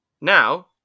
Now